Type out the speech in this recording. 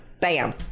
Bam